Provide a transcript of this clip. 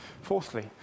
fourthly